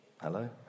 Hello